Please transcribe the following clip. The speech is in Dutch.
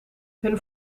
hun